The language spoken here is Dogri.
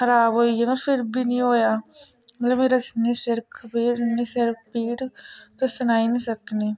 खराब होई गे फिर बी नेईं होएआ मतलब मेरे इ'न्नी सिर पीड़ इ'न्नी सिर पीड़ तुसें सनाई नी सकनी